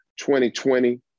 2020